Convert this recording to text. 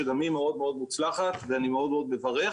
שגם היא מאוד מוצלחת ואני מאוד מברך.